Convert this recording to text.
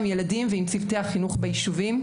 עם ילדים ועם צוותי החינוך ביישובים.